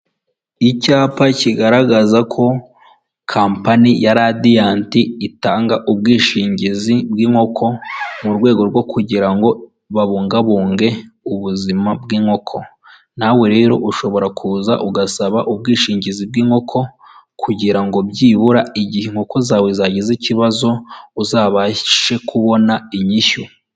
Icyapa kigaragaza ko kampani ya radiyanti itanga ubwishingizi bw'inkoko, mu rwego rwo kugira ngo babungabunge ubuzima bw'inkoko, nawe rero ushobora kuza ugasaba ubwishingizi bw'inkoko kugira ngo byibura igihe inkoko zawe zagize ikibazo uzabashe kubona inyishyu.